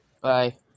Bye